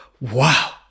wow